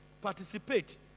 participate